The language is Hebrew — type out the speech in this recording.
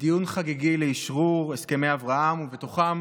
לדיון חגיגי לאשרור הסכמי אברהם, ובתוכם